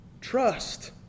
Trust